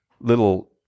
little